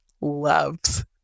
loves